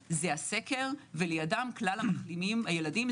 זה הסקר ולידם כלל המחלימים הילדים.